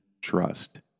trust